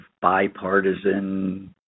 bipartisan